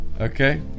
Okay